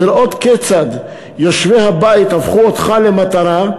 לראות כיצד יושבי הבית הפכו אותך למטרה,